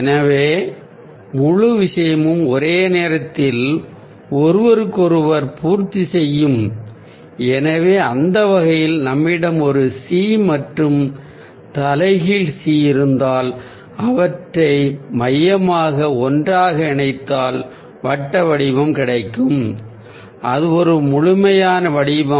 எனவே முழு விஷயமும் ஒன்றுக்கொன்று எதிரானதாகவும் அதே நேரத்தில் சமமானதாக இருக்கும் எனவே அந்த வகையில் நம்மிடம் ஒரு சி மற்றும் தலைகீழ் சி இருந்தால் அவற்றை மையமாக ஒன்றாக இணைத்தால் வட்ட வடிவம் கிடைக்கும் அது ஒரு முழுமையான வடிவம்